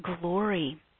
glory